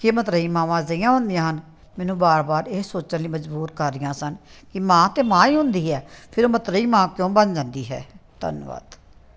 ਕੀ ਮਤਰੇਈ ਮਾਵਾਂ ਅਜਿਹੀਆਂ ਹੁੰਦੀਆਂ ਹਨ ਮੈਨੂੰ ਵਾਰ ਵਾਰ ਇਹ ਸੋਚਣ ਲਈ ਮਜਬੂਰ ਕਰ ਰਹੀਆਂ ਸਨ ਕਿ ਮਾਂ ਤਾਂ ਮਾਂ ਹੀ ਹੁੰਦੀ ਹੈ ਫਿਰ ਉਹ ਮਤਰੇਈ ਮਾਂ ਕਿਉਂ ਬਣ ਜਾਂਦੀ ਹੈ ਧੰਨਵਾਦ